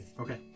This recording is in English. Okay